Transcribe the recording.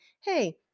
hey